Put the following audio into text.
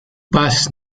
πας